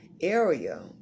area